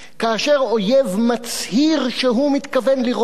כאשר אויב מצהיר שהוא מתכוון לירות בך,